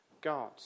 God